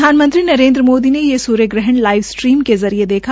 प्रधानमंत्री नरेन्द्र मोदी ने ये सूर्य ग्रहण लाईव स्ट्रीम के जरिये देखा